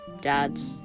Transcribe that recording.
dads